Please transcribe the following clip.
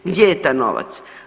Gdje je taj novac?